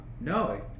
No